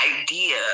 idea